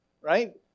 right